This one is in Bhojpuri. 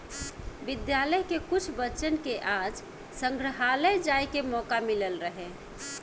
विद्यालय के कुछ बच्चन के आज संग्रहालय जाए के मोका मिलल रहे